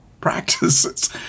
practices